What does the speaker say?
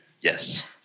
yes